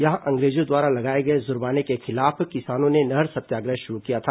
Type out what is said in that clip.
यहां अंग्रेजों द्वारा लगाए गए जुर्माने के खिलाफ किसानों ने नहर सत्याग्रह शुरू किया था